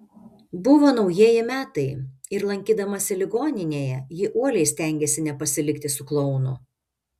buvo naujieji metai ir lankydamasi ligoninėje ji uoliai stengėsi nepasilikti su klounu